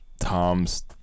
Tom's